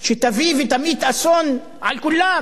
שתמיט אסון על כולם.